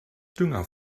dünger